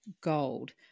Gold